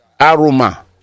aroma